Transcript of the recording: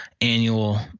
annual